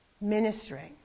ministering